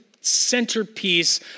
centerpiece